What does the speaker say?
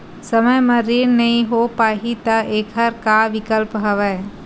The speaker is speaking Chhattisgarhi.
समय म ऋण नइ हो पाहि त एखर का विकल्प हवय?